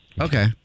Okay